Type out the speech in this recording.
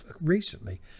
recently